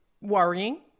worrying